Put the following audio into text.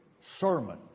sermon